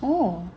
oh